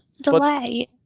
delay